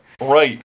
Right